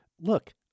look